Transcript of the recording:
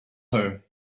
her